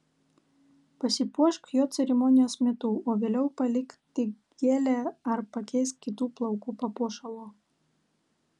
pasipuošk juo ceremonijos metu o vėliau palik tik gėlę ar pakeisk kitu plaukų papuošalu